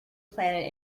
planet